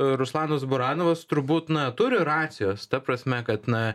ruslanas baranovas turbūt na turi racijos ta prasme kad na